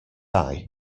eye